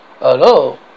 Hello